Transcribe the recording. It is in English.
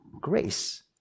grace